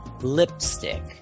Lipstick